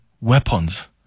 weapons